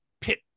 pit